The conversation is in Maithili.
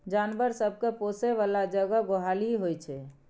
जानबर सब केँ पोसय बला जगह गोहाली होइ छै